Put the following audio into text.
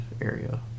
area